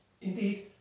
Indeed